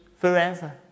forever